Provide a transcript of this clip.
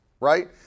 right